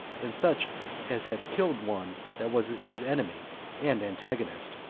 and such as had killed one that was his enemy and antagonist.